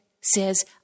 says